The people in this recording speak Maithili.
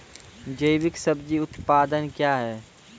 जैविक सब्जी उत्पादन क्या हैं?